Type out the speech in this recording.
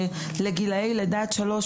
לגילאי לידה עד שלוש.